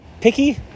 picky